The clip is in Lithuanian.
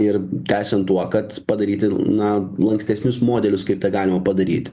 ir tęsiant tuo kad padaryti na lankstesnius modelius kaip tą galima padaryti